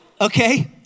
okay